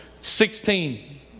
Sixteen